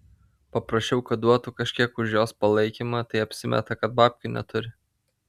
paprašiau kad duotų kažkiek už jos palaikymą tai apsimeta kad babkių neturi